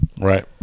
right